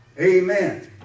Amen